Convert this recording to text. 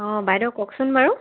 অ' বাইদেউ কওকচোন বাৰু